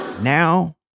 Now